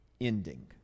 ending